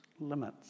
limits